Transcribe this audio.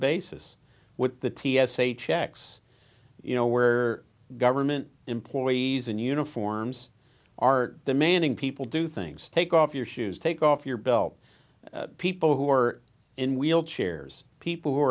basis with the t s a checks you know where government employees and uniforms are demanding people do things take off your shoes take off your belt people who are in wheelchairs people who